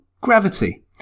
gravity